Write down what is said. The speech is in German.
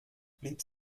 blieb